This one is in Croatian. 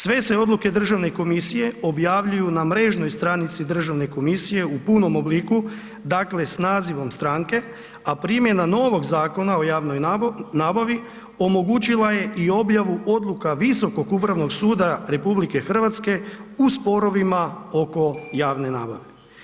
Sve se odluke Državne komisije objavljuju na mrežnoj stranici Državne komisije u punom obliku, dakle s nazivom stranke a primjena novog Zakon o javnoj nabavi omogućila je i objavu odluka Visokog upravnog suda RH u sporovima oko javne nabave.